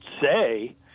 say –